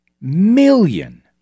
million